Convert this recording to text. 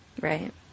right